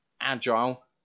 agile